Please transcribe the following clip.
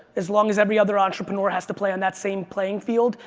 as long as every other entrepreneur has to play on that same playing field,